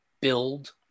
build